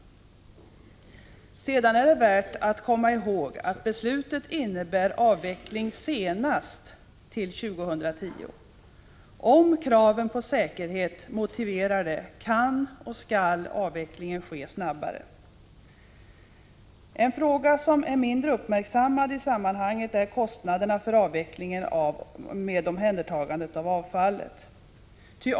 Det är värt att komma ihåg att beslutet innebär avveckling senast 2010. Om kraven på säkerhet motiverar det kan och skall avvecklingen ske snabbare. En fråga som är mindre uppmärksammad i sammanhanget gäller kostnaderna för avvecklingen med omhändertagandet av avfallet.